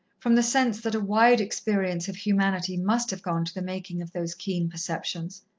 from the sense that a wide experience of humanity must have gone to the making of those keen perceptions.